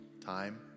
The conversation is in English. Time